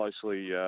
closely